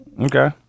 Okay